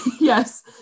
yes